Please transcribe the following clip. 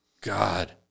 God